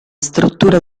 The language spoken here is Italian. struttura